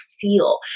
feel